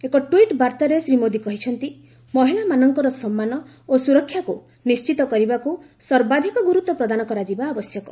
ଏକ ଟ୍ୱିଟ୍ ବାର୍ଭାରେ ଶ୍ରୀ ମୋଦି କହିଛନ୍ତି ମହିଳାମାନଙ୍କର ସମ୍ମାନ ଓ ସୁରକ୍ଷାକୁ ନିଣ୍ଢିତ କରିବାକୁ ସର୍ବାଧିକ ଗୁରୁତ୍ୱ ପ୍ରଦାନ କରାଯିବା ଆବଶ୍ୟକ